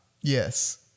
Yes